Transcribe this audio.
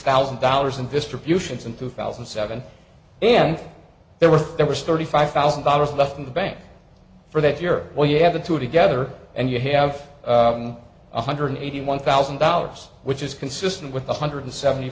thousand dollars in distributions in two thousand and seven and there were there was thirty five thousand dollars left in the bank for that year or you have the two together and you have one hundred eighty one thousand dollars which is consistent with one hundred seventy